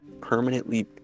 permanently